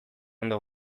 ondo